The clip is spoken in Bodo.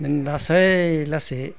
नों लासै लासै